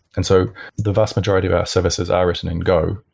and so the vast majority of our services are written in go,